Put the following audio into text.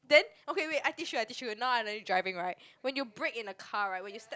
then okay wait I teach you I teach you now I learning driving right when you brake in a car right when you step